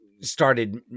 started